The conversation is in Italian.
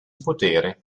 potere